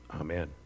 Amen